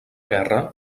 guerra